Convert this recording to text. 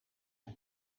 een